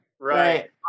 Right